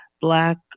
black